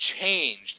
changed